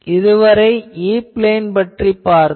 இதுவரை E plane பார்த்தோம்